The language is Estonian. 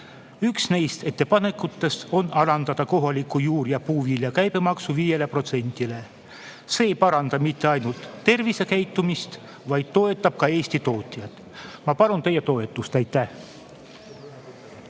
Üks neist ettepanekutest on alandada kohaliku juur- ja puuvilja käibemaks 5%‑le. See ei paranda mitte ainult tervisekäitumist, vaid [ühtlasi] toetab ka Eesti tootjaid. Ma palun teie toetust! Aitäh!